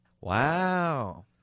Wow